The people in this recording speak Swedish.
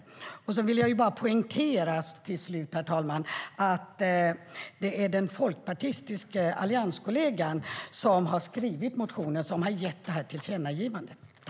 Till slut, herr talman, vill jag bara poängtera att det är en folkpartistisk allianskollega som har skrivit den motion som har gett tillkännagivandet.